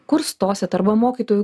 kur stosit arba mokytojų